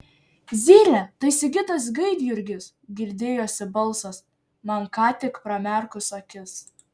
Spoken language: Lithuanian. zylė tai sigitas gaidjurgis girdėjosi balsas man ką tik pramerkus akis